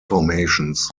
formations